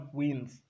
wins